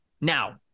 Now